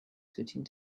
switching